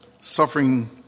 Suffering